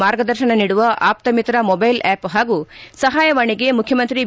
ಮಾರ್ಗದರ್ಶನ ನೀಡುವ Aptamitra mobile app ಹಾಗೂ ಸಹಾಯವಾಣಿಗೆ ಮುಖ್ಯಮಂತ್ರಿ ಬಿ